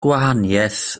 gwahaniaeth